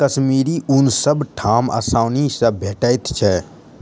कश्मीरी ऊन सब ठाम आसानी सँ भेटैत छै